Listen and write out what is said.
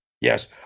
yes